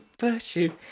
virtue